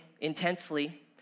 intensely